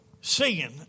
Singing